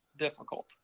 difficult